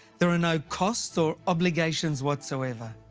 there are no costs or obligations whatsoever.